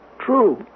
true